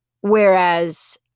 Whereas